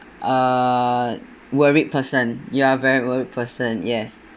uh worried person you are a very worried person yes